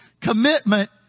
Commitment